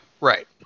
Right